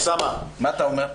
מה אתה אומר?